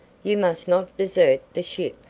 you must not desert the ship.